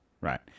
Right